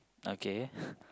okay